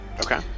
Okay